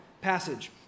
passage